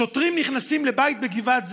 שוטרים נכנסים לבית בגבעת זאב,